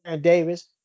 Davis